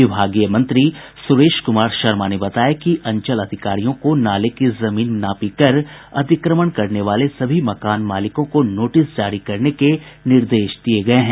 विभागीय मंत्री सुरेश कुमार शर्मा ने बताया कि अंचल अधिकारियों को नाले की जमीन नापी कर अतिक्रमण करने वाले सभी मकान मालिकों को नोटिस जारी करने के निर्देश दिये गये हैं